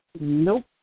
Nope